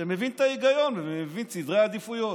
שמבין את ההיגיון ומבין את סדרי העדיפויות.